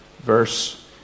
verse